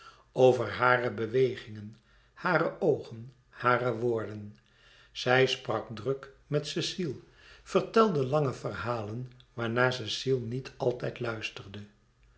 over hare bewegingen hare oogen hare woorden zij sprak druk met cecile vertelde lange verhalen waarnaar cecile niet altijd luisterde